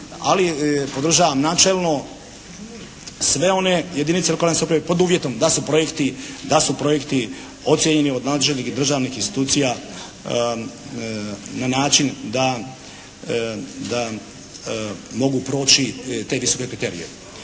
Ali podržavam načelno sve one jedinice lokalne samouprave pod uvjetom da su projekti ocijenjeni od nadležnih državnih institucija na način da mogu proći … /Govornik